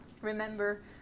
remember